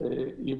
לנו